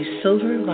silver